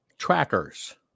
Trackers